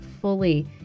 fully